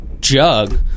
jug